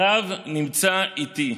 הרב נמצא איתי.